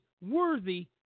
worthy